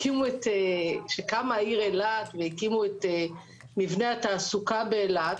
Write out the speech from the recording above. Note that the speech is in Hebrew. כשקמה העיר אילת והקימו את מבני התעסוקה באילת,